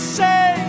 say